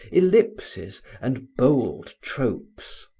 ellipses and bold tropes.